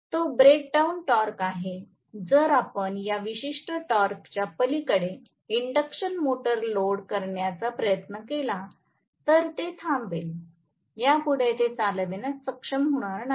तो breakdown torque आहे जर आपण या विशिष्ट टॉर्कच्या पलीकडे इंडक्शन मोटर लोड करण्याचा प्रयत्न केला तर ते थांबेल यापुढे ते चालविण्यात सक्षम होणार नाही